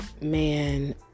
Man